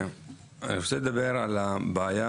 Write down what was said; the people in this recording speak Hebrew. אני רוצה לדבר על הבעיה